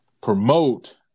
promote